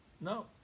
No